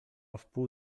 wpół